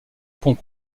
pont